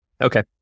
Okay